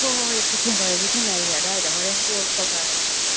ꯍꯣꯏ ꯍꯣꯏ ꯍꯣꯏ ꯊꯦꯡꯅꯔꯁꯤ ꯊꯦꯡꯅꯔꯁꯤ ꯑꯗꯥꯏꯗ ꯍꯣꯔꯦꯟ ꯀꯣꯜ ꯇꯧꯅꯔꯁꯦ ꯑꯃꯨꯛ